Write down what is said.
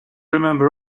remember